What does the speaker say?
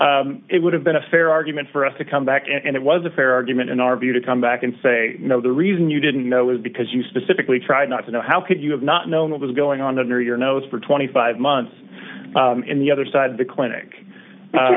them it would have been a fair argument for us to come back and it was a fair argument in our view to come back and say the reason you didn't know it was because you specifically tried not to know how could you have not known what was going on under your nose for twenty five months in the other side of the clinic